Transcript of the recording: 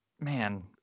man